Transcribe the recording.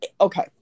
Okay